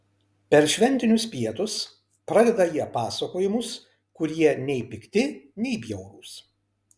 per šventinius pietus pradeda jie pasakojimus kurie nei pikti nei bjaurūs